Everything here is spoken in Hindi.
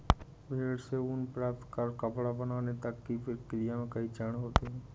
भेड़ से ऊन प्राप्त कर कपड़ा बनाने तक की प्रक्रिया में कई चरण होते हैं